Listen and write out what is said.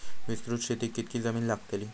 विस्तृत शेतीक कितकी जमीन लागतली?